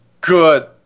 good